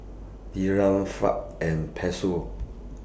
Dirham Franc and Peso